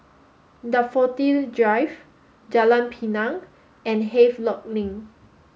Daffodil Drive Jalan Pinang and Havelock Link